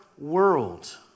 world